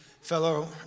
Fellow